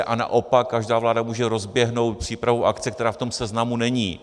A naopak, každá vláda může rozběhnout přípravu akce, která v tom seznamu není.